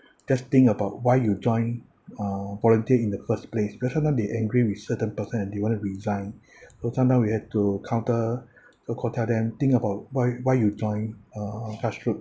just think about why you join uh volunteer in the first place because sometimes they angry with certain person and they want to resign so sometime we have to counter so-called tell them think about why why you join uh grassroots